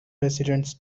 presidents